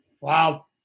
Wow